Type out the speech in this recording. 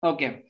Okay